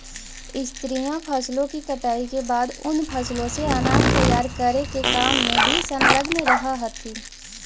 स्त्रियां फसलों की कटाई के बाद उन फसलों से अनाज तैयार करे के काम में भी संलग्न रह हथीन